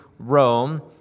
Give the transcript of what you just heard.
Rome